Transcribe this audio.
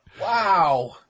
Wow